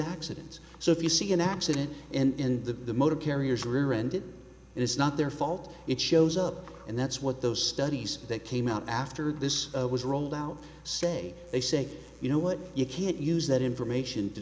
accidents so if you see an accident and the motor carrier's rear ended it's not their fault it shows up and that's what those studies that came out after this was rolled out say they say you know what you can't use that information to